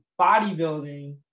bodybuilding